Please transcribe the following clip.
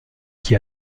qui